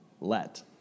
Let